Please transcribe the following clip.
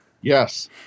Yes